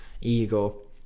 ego